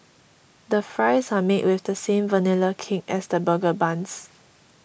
the fries are made with the same Vanilla Cake as the burger buns